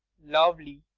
lovely.